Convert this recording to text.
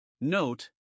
Note